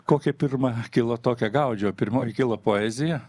kokia pirma kilo tokią gaudžiau pirmoji kilo poezija